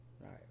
Right